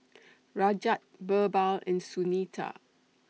Rajat Birbal and Sunita